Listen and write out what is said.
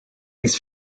ins